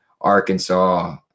Arkansas